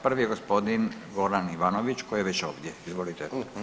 Prvi je gospodin Goran Ivanović koji je već ovdje, izvolite.